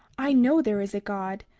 i know there is a god,